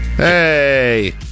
Hey